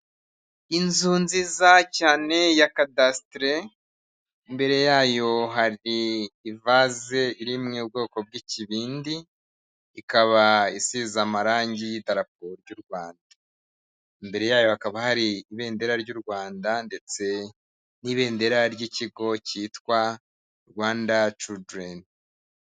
Inzu nziza cyane ya kadasitere, imbere yayo hari ivaze iri mu bwoko bw'ikibindi, ikaba isize amarangi y'idarapo ry'u Rwanda, imbere yayo hakaba hari ibendera ry'u Rwanda ndetse n'ibendera ry'ikigo cyitwa Rwanda ciridereni.